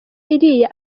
iriya